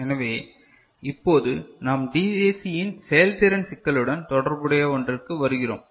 எனவே இப்போது நாம் டிஏசியின் செயல்திறன் சிக்கலுடன் தொடர்புடைய ஒன்றிற்கு வருகிறோம்